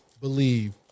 believe